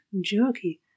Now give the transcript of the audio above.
jerky